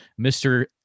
Mr